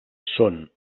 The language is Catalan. són